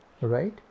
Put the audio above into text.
right